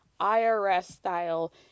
IRS-style